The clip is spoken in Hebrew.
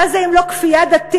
מה זה אם לא כפייה דתית,